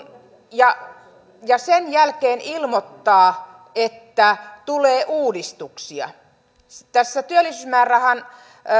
ja ja sen jälkeen ilmoittaa että tulee uudistuksia tässä työllisyysmäärärahan